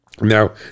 now